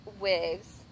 wigs